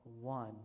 one